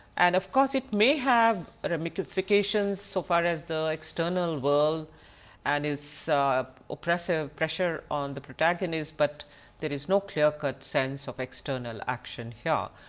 and of course, it may have ramifications so far as the external world and its so oppressive pressure on the protagonist, but there is no clear cut sense of external action here.